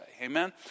amen